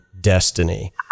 destiny